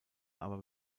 aber